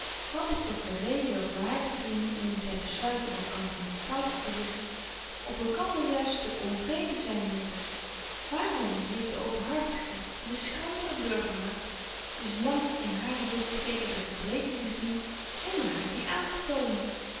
wat is toch de reden dat ware vrienden indien zy besluiten om elkander hunne fouten te zeggen op elkander juist te onvreden zyn moeten waaröm heeft de openhartige de schrandere burgerhart dus lange in hare willis zekere gebreken gezien zonder haar die aan te tonen